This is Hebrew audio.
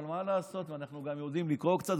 אבל מה לעשות שאנחנו גם יודעים לקרוא קצת,